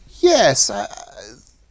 Yes